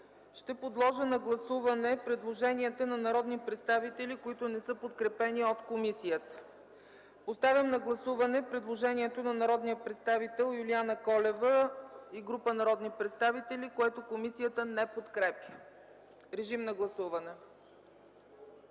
ще подложа на гласуване предложенията на народни представители, които не са подкрепени от комисията. Поставям на гласуване предложението на народния представител Юлиана Колева и група народни представители, което комисията не подкрепя. (Силен шум